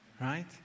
right